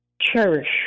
cherish